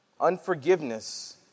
Unforgiveness